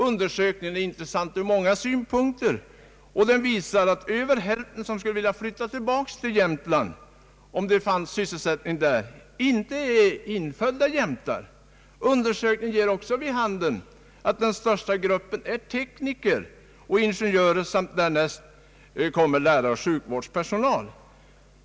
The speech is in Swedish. Undersökningen är intressant ur många synpunkter. Den visar att över hälften av dem som skulle vilja flytta tillbaka till Jämtland, om det fanns sysselsättning där, inte är infödda jämtar. Undersökningen ger också vid handen att den största gruppen är tekniker och ingenjörer, därnäst kommer lärare och sjukvårdspersonal.